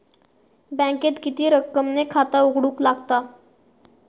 बँकेत किती रक्कम ने खाता उघडूक लागता?